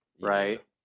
right